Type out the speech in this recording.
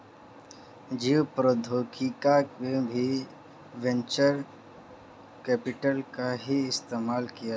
जैव प्रौद्योगिकी में भी वेंचर कैपिटल का ही इस्तेमाल किया जा रहा है